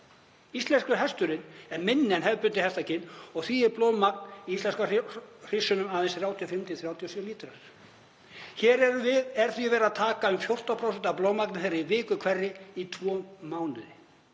Íslenski hesturinn en minni en hefðbundið hestakyn og því er blóðmagn í íslensku hryssunum aðeins 35–37 lítrar. Hér er því verið að taka um 14% af blóðmagni þeirra í viku hverri í tvo mánuði.